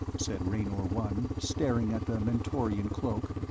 said raynor one, staring at the mentorian cloak.